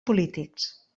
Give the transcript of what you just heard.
polítics